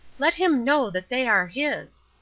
let him know that they are his.